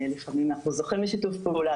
לפעמים אנחנו זוכים לשיתוף פעולה,